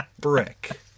brick